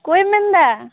ᱚᱠᱚᱭᱮᱢ ᱢᱮᱱᱮᱫᱟ